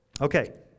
Okay